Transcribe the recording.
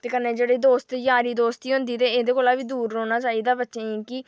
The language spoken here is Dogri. ते कन्नै जेह्ड़ी यारी दोस्ती होंदी एह्दे कोला बी दूर रौह्ना चाहिदा बच्चें गी